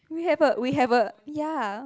we have a we have a ya